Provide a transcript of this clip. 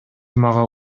мага